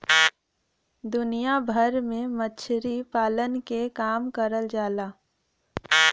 दुनिया भर में मछरी पालन के काम करल जाला